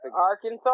Arkansas